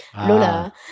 Lola